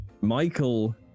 Michael